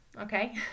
okay